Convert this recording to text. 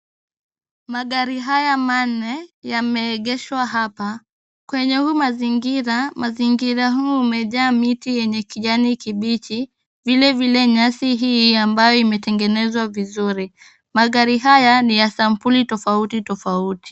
Magari haya manne yameegeshwa hapa. Kwenye huu mazingira, mazingira huu imejaa miti yenye kijani kibichi vile vile nyasi hii ambayo imetengenezwa vizuri. Magari haya ni sampuli tofauti tofauti.